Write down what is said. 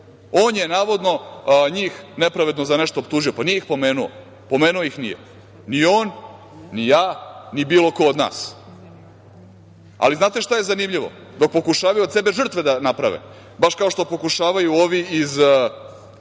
on je navodno njih nepravedno za nešto optužio. Pa nije ih pomenuo. Pomenuo ih nije. Ni on, ni ja, ni bilo ko od nas. Ali znate šta je zanimljivo, dok pokušavaju od sebe žrtve da naprave, baš kao što pokušavaju ovi iz